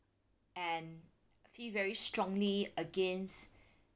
and feel very strongly against